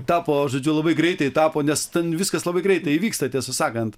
tapo žodžiu labai greitai tapo nes ten viskas labai greitai įvyksta tiesą sakant